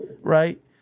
right